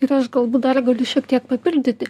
ir aš galbūt dar galiu šiek tiek papildyti